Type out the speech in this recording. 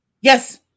Yes